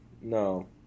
No